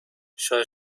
شاید